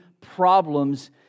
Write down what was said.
problems